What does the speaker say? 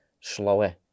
slower